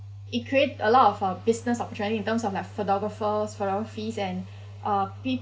it create a lot of uh business opportunity in terms of like photographers photographies and